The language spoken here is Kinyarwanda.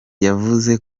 yavuze